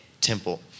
temple